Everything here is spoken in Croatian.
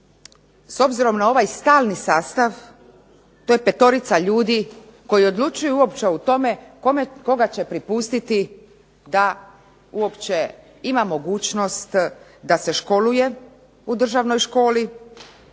s obzirom na ovaj stalni sastav, to je petorica ljudi koji odlučuju uopće o tome koga će prepustiti da uopće ima mogućnost da se školuje u državnoj školi,